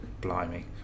blimey